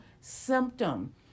symptom